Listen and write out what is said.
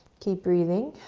keep breathing.